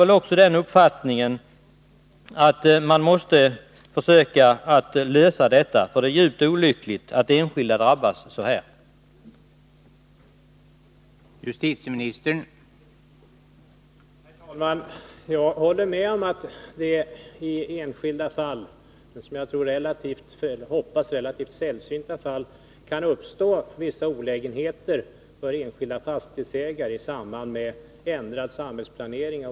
Jag har den uppfattningen att man måste försöka att lösa dessa problem, för det är djupt olyckligt att enskilda drabbas på detta sätt.